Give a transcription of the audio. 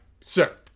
sir